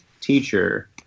teacher